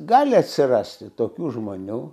gali atsirasti tokių žmonių